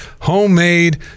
homemade